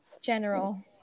General